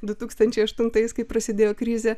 du tūkstančiai aštuntais kai prasidėjo krizė